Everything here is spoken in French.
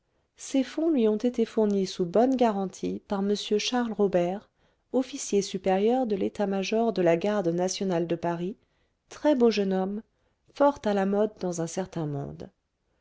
ces fonds lui ont été fournis sous bonne garantie par m charles robert officier supérieur de l'état-major de la garde nationale de paris très-beau jeune homme fort à la mode dans un certain monde